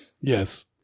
Yes